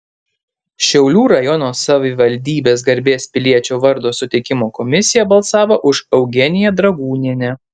šiaulių rajono savivaldybės garbės piliečio vardo suteikimo komisija balsavo už eugeniją dragūnienę